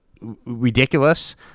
ridiculous